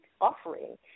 offering